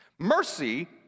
Mercy